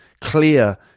clear